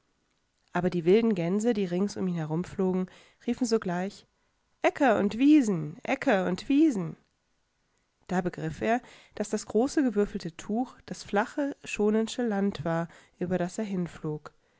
aber die wilden gänse die rings um ihn herumflogen riefen sogleich äckerundwiesen äckerundwiesen da begriff er daß das große gewürfelte tuch das flache schonensche land war über das er hinflog